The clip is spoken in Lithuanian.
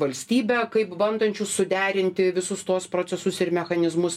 valstybę kaip bandančius suderinti visus tuos procesus ir mechanizmus